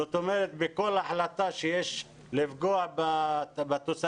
זאת אומרת, בכל החלטה שיש לפגוע בתוספתי,